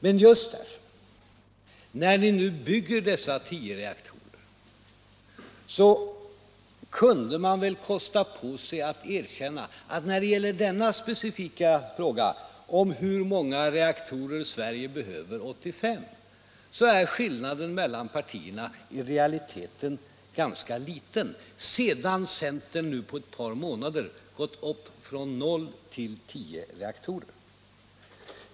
Men just därför att ni nu bygger dessa tio reaktorer kunde ni väl kosta på er att erkänna, att i den specifika frågan om hur många reaktorer Sverige behöver år 1985 skillnaden mellan partierna i realiteten är ganska liten, sedan centern nu på ett par månader gått upp från noll till tio reaktorer!